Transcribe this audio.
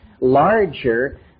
larger